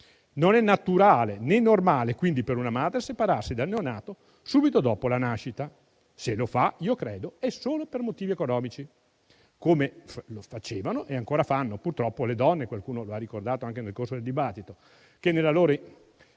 Non è naturale né normale, quindi, per una madre separarsi dal neonato subito dopo la nascita. Se lo fa - io credo - è solo per motivi economici, come lo facevano e ancora fanno purtroppo le donne - qualcuno lo ha ricordato anche nel corso del dibattito - che, per la loro